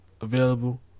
available